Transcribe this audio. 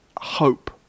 Hope